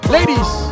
Ladies